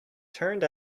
turned